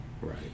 right